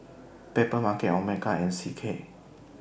Papermarket Omega and C K